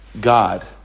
God